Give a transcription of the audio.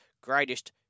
greatest